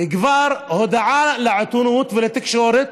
כבר הודעה לעיתונות ולתקשורת